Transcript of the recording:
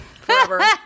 Forever